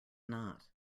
not